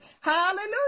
Hallelujah